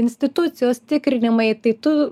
institucijos tikrinimai tai tu